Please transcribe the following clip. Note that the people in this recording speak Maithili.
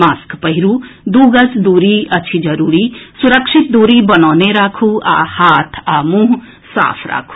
मास्क पहिरू दू गज दूरी अछि जरूरी सुरक्षित दूरी बनौने राखू आ हाथ आ मुंह साफ राखू